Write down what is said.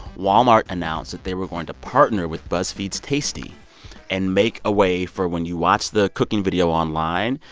walmart announced that they were going to partner with buzzfeed's tasty and make a way for when you watch the cooking video online,